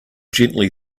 gently